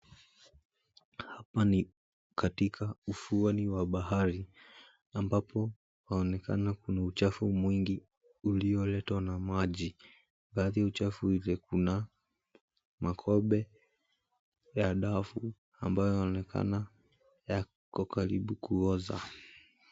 Hapa ni katika ufuoni mwa bahari ambapo waonekana kuna uchafu mwingi ulioletwa na maji. Baadhi ya uchafu hizi kuna makobe wa dafu ambayo yaonekana uko karibu kuoza.